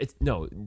no